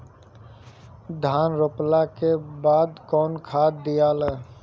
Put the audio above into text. धान रोपला के बाद कौन खाद दियाला?